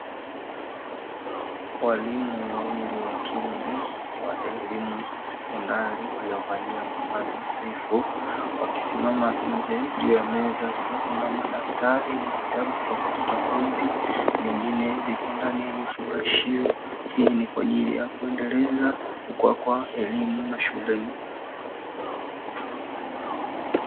Walimu wawili wa kiume wa elimu ya sekondari waliovalia mavazi nadhifu, wakisimama nje. Juu ya meza kukiwa na madaftari na vitabu tofautitofauti, vingine viko ndani ya vifungashio. Hii ni kwa ajili ya kuendeleza kukua kwa elimu mashuleni.